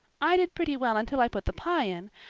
i did pretty well until i put the pie in,